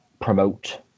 promote